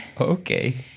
Okay